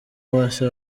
uwase